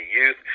youth